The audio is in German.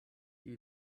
die